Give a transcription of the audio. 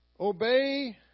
Obey